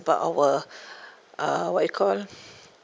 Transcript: about our uh what you call